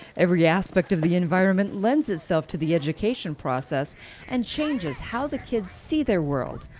every aspect of the environment lends itself to the education process and changes how the kids see their world,